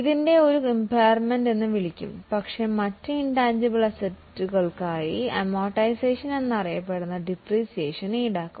അതിനെ ഒരു ഇമ്പയർമെൻറ്ന്ന് വിളിക്കും പക്ഷേ മറ്റ് ഇൻറ്റാൻജിബിൾ ആസ്തികൾക്കായി അമോർടൈസെഷൻ എന്നറിയപ്പെടുന്ന ഡിപ്രീസിയേഷൻ ഈടാക്കും